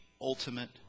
ultimate